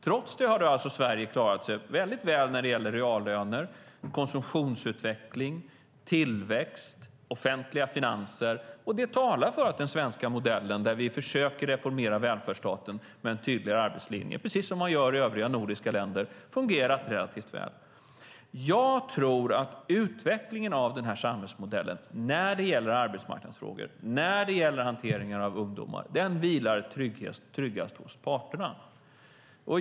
Trots det har Sverige klarat sig väl när det gäller reallöner, konsumtionsutveckling, tillväxt och offentliga finanser. Det talar för att den svenska modellen, där vi försöker reformera välfärdsstaten med en tydligare arbetslinje precis som man gör i övriga nordiska länder, har fungerat relativt väl. Jag tror att utvecklingen av denna samhällsmodell när det gäller arbetsmarknadsfrågor och när det gäller hanteringen av ungdomar vilar tryggast hos parterna.